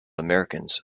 americans